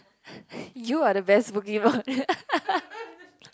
you are the best Pokemon